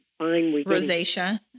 Rosacea